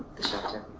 the shelter.